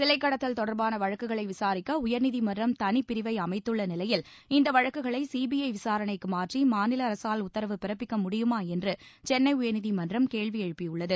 சிலை கடத்தல் தொடர்பான வழக்குகளை விசாரிக்க உயர்நீதிமன்றம் தனிப்பிரிவை அமைத்துள்ள நிலையில் இந்த வழக்குகளை சீபிஐ விசாரணைக்கு மாற்றி மாநில அரசால் உத்தரவு பிறப்பிக்க முடியுமா என்று சென்னை உயர்நீதிமன்றம் கேள்வி எழுப்பியுள்ளது